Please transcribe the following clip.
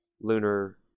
lunar